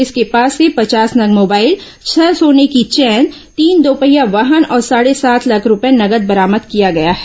इसके पास से पचास नग मोबाइल छह सोने की चैन तीन दोपहिया वाहन और साढे सात लाख रूपये नगद बरामद किया गया है